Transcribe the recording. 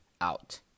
out